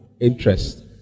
interest